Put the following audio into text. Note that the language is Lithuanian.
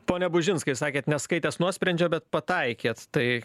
pone bužinskai sakėt neskaitęs nuosprendžio bet pataikėt tai